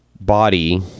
body